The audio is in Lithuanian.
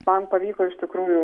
man pavyko iš tikrųjų